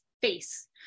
face